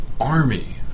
army